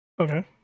Okay